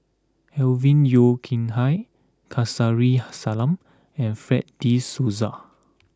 Alvin Yeo Khirn Hai Kamsari Salam and Fred de Souza